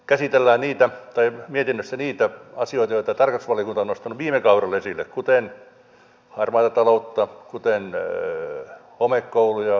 tässä mietinnössä myöskin käsitellään niitä asioita joita tarkastusvaliokunta on nostanut viime kaudella esille kuten harmaata taloutta kuten homekouluja senaatti kiinteistöjä